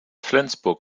flensburg